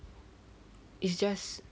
it's just